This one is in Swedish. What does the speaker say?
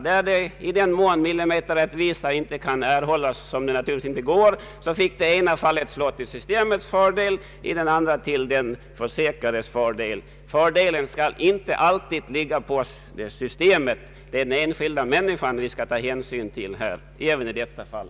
I den mån någon millimeterrättvisa inte kan åstadkommas — vilket naturligtvis inte är möjligt — får i det ena fallet systemet tillgodoräkna sig fördelen, i det andra den försäkrade. Systemet skall inte alltid dra fördel härav. Vi måste ta hänsyn till den enskilda människan även i detta fall.